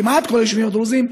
כמעט כל היישובים הדרוזיים,